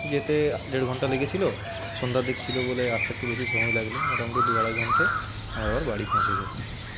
যেতে দেড় ঘন্টা লেগেছিলো সন্ধ্যার দিক ছিলো বলে আসতে একটু বেশি সময় লাগলো মোটামুটি দু আড়াই ঘন্টায় আমরা আবার বাড়ি পৌঁছে যাই